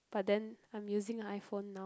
but then I'm using iPhone now